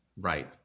Right